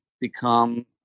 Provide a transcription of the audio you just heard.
become